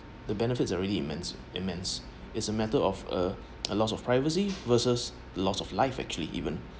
the benefits already immense immense is a matter of uh a lost of privacy versus a lost of life actually even